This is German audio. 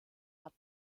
hat